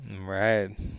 Right